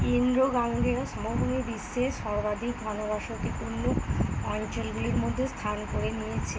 ইন্দ্র গাঙ্গেয় সমভূমি বিশ্বের সর্বাধিক ঘনবসতিপূর্ণ অঞ্চলগুলির মধ্যে স্থান করে নিয়েছে